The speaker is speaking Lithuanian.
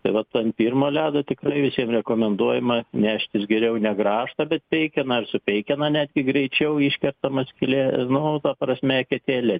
tai vat ant pirmo ledo tikrai visiem rekomenduojama neštis geriau ne grąžtą bet peikeną ir su peikena netgi greičiau iškertama skylė nu ta prasme eketėlė